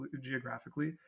geographically